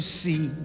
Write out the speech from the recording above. see